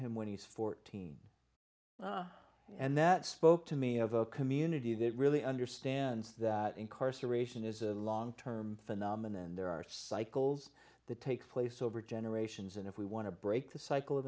him when he's fourteen and that spoke to me of a community that really understands that incarceration is a long term phenomenon and there are cycles that take place over generations and if we want to break the cycle of